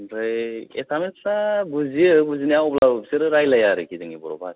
ओमफ्राय एसामिसफ्रा बुजियो बुजिनाया अब्लाबो बिसोरो रायलाया आरखि जोंनि बर' भासाखौ